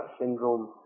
syndrome